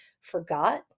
forgot